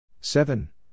seven